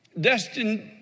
destined